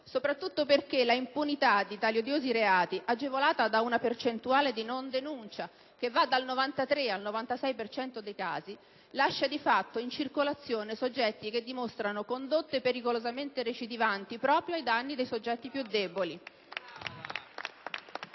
soprattutto perché l'impunità di tali odiosi reati, agevolata da una percentuale di non denuncia che va dal 93 al 96 per cento dei casi, lascia di fatto in circolazione soggetti che dimostrano condotte pericolosamente recidivanti proprio ai danni dei soggetti più deboli.